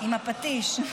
עם הפטיש.